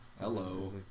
Hello